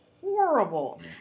horrible